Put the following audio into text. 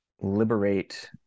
liberate